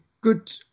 good